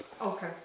Okay